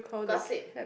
gossip